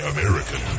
American